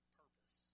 purpose